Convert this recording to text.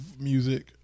music